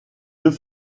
deux